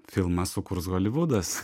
filmą sukurs holivudas